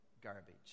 garbage